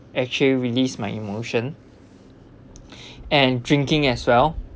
actually released my emotion and drinking as well